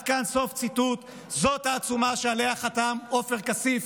זאת העצומה שעליה חתם עופר כסיף,